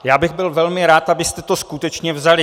Já bych byl velmi rád, abyste to skutečně vzali.